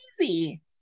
easy